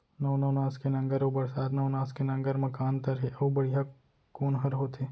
नौ नवनास के नांगर अऊ बरसात नवनास के नांगर मा का अन्तर हे अऊ बढ़िया कोन हर होथे?